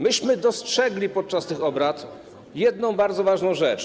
Myśmy dostrzegli podczas tych obrad jedną bardzo ważną rzecz.